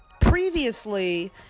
Previously